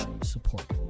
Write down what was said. support